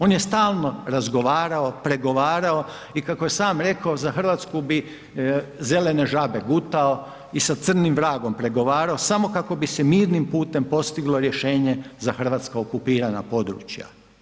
On je stalno razgovarao, pregovarao i kako je sam rekao za Hrvatsku bi zelene žabe gutao i sa crnim vragom pregovarao samo kako bi se mirnim putem postiglo rješenje za hrvatska okupirana područja.